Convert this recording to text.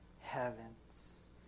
heavens